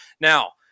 now